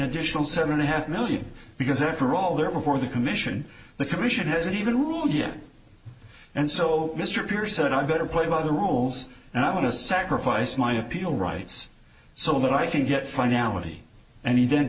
additional seven and a half million because after all they're before the commission the commission hasn't even ruled yet and so mr pearce said i better play by the rules and i want to sacrifice my appeal rights so that i can get finality and he